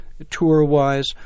tour-wise